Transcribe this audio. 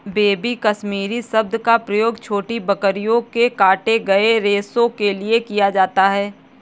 baby Kashmiri शब्द का प्रयोग छोटी बकरियों के काटे गए रेशो के लिए किया जाता है